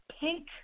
pink